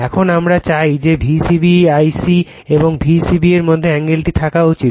এখন আমরা চাই যে V c b Ic এবং V c b এর মধ্যে এ্যাঙ্গেলটি থাকা উচিত